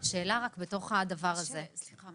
השאלה רק בתוך הדבר הזה --- סליחה,